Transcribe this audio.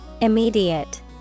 Immediate